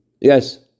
Yes